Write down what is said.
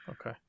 Okay